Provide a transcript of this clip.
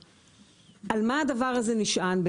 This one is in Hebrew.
על מה הדבר הזה נשען,